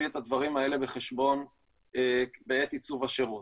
את הדברים האלה בחשבון בעת עיצוב השירות.